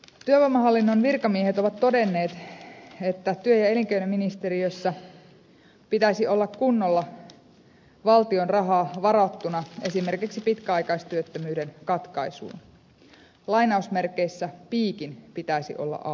työvoimahallinnon virkamiehet ovat todenneet että työ ja elinkeinoministeriössä pitäisi olla kunnolla valtion rahaa varattuna esimerkiksi pitkäaikaistyöttömyyden katkaisuun piikin pitäisi olla auki